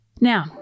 Now